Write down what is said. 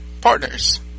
partners